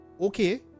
okay